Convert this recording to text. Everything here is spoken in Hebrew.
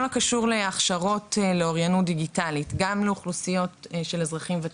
כל הקשור להכשרות לאוריינות דיגיטלית גם לאוכלוסיות של אזרחים ותיקים,